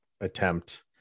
attempt